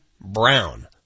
Brown